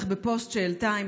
אבל אני